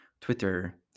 Twitter